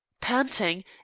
Panting